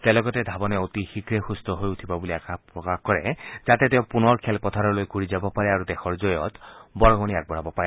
তেওঁ লগতে ধাৱনে অতি শীঘ্ৰে সুস্থ হৈ উঠিব বুলি আশা কৰে যাতে তেওঁ পুনৰ খেলপথাৰলৈ ঘূৰি যাব পাৰে আৰু দেশৰ জয়ত বৰঙণি যোগাব পাৰে